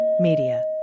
media